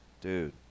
Dude